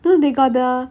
no they got the